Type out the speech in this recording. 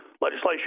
legislation